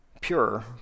Pure